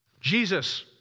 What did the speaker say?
Jesus